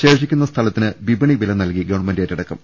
ശേഷിക്കുന്ന സ്ഥലത്തിന് വിപണി വില നൽകി ഗവൺമെന്റ് ഏറ്റെടുക്കും